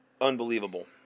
unbelievable